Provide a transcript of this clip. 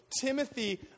Timothy